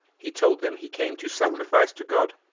he told them he came to sacrifice to god.